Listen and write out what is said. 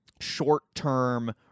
short-term